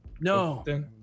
no